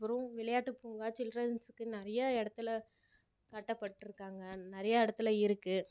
அப்புறம் விளையாட்டு பூங்கா சில்ரன்ஸுக்குனு நிறைய இடத்துல கட்டப்பட்டுருக்காங்க நிறையா இடத்துல இருக்குது